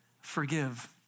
Forgive